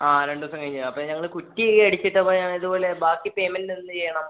ആ രണ്ടു ദിവസം കഴിഞ്ഞ് അപ്പോള് ഞങ്ങള് കുറ്റി അടിച്ചിട്ടപ്പോള് ഞാന് ഇതുപോലെ ബാക്കി പേയ്മെന്റെന്തെയ്യണം